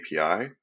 api